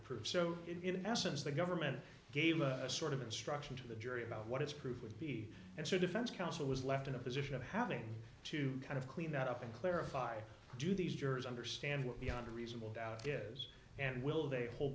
prove so in essence the government gave a sort of instruction to the jury about what it's proof would be and so defense counsel was left in a position of having to kind of clean that up and clarify do these jurors understand what beyond a reasonable doubt is and will they hold